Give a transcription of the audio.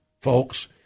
folks